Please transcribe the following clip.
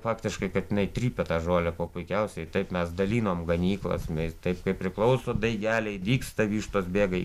faktiškai kad jinai trypia tą žolę kuo puikiausiai taip mes dalinom ganyklas mes taip kaip priklauso daigeliai dygsta vištos bėga į